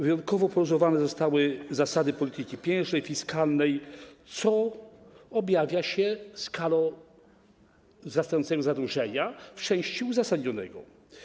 Wyjątkowo poluzowane zostały zasady polityki pieniężnej, fiskalnej, co objawia się skalą wzrastającego zadłużenia, w części uzasadnionego.